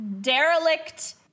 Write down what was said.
derelict